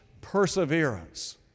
perseverance